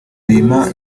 bimpa